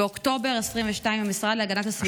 באוקטובר 2022 המשרד להגנת הסביבה,